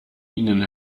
ihnen